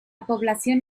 población